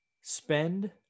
spend